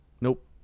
Nope